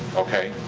okay?